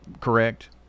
correct